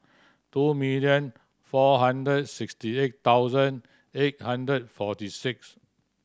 two million four hundred sixty eight thousand eight hundred forty six